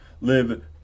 live